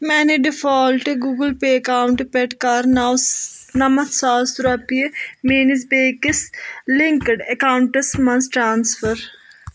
میٛانہِ ڈِفالٹہٕ Google Pay اَؠکاونٛٹہٕ پٮ۪ٹھ کَر نَو سا نمتھ ساس رۄپیہِ میٛٲنِس بیٚیِس لِنٛکٕڈ اَؠکاونٹَس مَنٛز ٹرٛانٕسفر